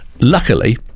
luckily